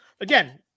again